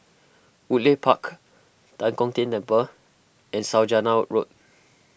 Woodleigh Park Tan Kong Tian Temple and Saujana Road